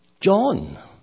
John